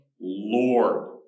Lord